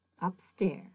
upstairs